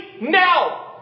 now